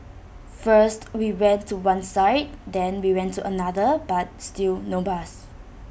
first we went to one side then we went to another but still no bus